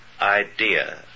idea